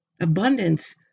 Abundance